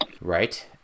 right